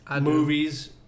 Movies